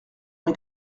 mes